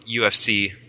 UFC